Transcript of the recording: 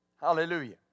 Hallelujah